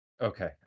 Okay